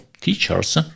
teachers